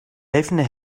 helfende